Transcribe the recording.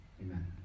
amen